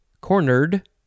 Cornered